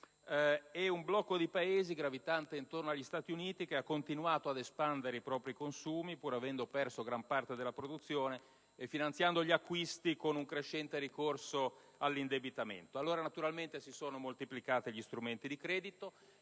e un blocco di Paesi gravitante intorno agli Stati Uniti, che ha continuato ad espandere i propri consumi pur avendo perso gran parte della produzione e finanziando gli acquisti con un crescente ricorso all'indebitamento. Naturalmente si sono moltiplicati gli strumenti di credito,